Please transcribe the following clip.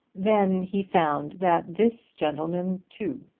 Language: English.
then he found that this gentleman too,